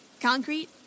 concrete